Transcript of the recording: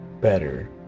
better